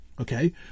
Okay